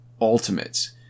ultimates